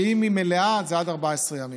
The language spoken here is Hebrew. ואם היא מלאה זה עד 14 ימים.